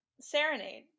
Serenade